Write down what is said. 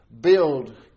build